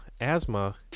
asthma